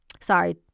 sorry